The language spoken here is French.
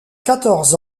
quatorze